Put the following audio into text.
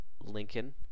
Lincoln